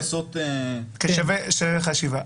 ששווה חשיבה.